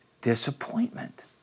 disappointment